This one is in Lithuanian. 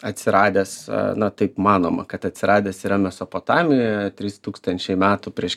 atsiradęs na taip manoma kad atsiradęs yra mesopotamijoje trys tūkstančiai metų prieš